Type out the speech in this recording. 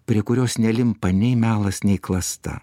prie kurios nelimpa nei melas nei klasta